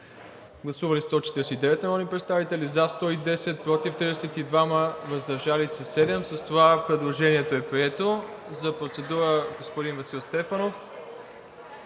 Гласували 149 народни представители: за 110, против 32, въздържали се 7. С това предложението е прието. За процедура – господин Васил Стефанов.